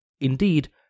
Indeed